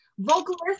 Vocalist